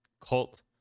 Cult